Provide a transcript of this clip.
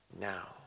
now